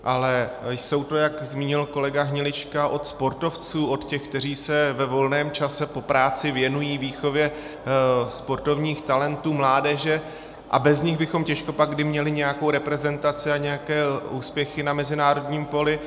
Ale jsou to, jak zmínil kolega Hnilička, od sportovců, od těch, kteří se ve volném čase po práci věnují výchově sportovních talentů, mládeže, a bez nich bychom těžko pak kdy měli nějakou reprezentaci a nějaké úspěchy na mezinárodním poli.